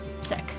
Sick